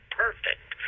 perfect